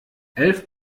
elf